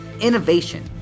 innovation